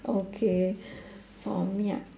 okay oh me ah